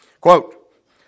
Quote